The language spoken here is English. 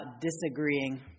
disagreeing